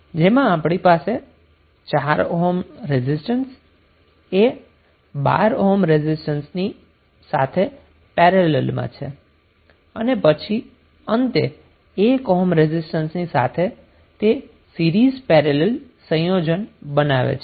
જેમાં આપણી પાસે 4 ઓહ્મ રેઝિસ્ટન્સ એ 12 ઓહ્મ ના રેઝિસ્ટન્સની સાથે પેરેલલમાં છે અને પછી અંતે 1 ઓહ્મ રેઝિસ્ટન્સ સાથે તે સીરીઝ પેરેલલ સંયોજન બનાવે છે